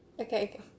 okay